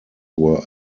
were